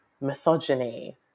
misogyny